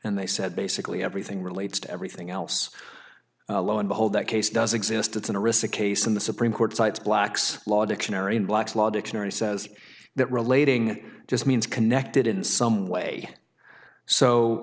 and they said basically everything relates to everything else lo and behold that case does exist it's an interesting case in the supreme court cites black's law dictionary and black's law dictionary says that relating just means connected in some way so